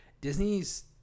disney's